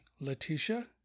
Letitia